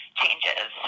changes